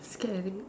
scary